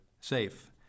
safe